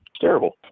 Terrible